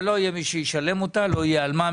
אבל לא יהיה מי שישלם אותה; לא יהיה על מה,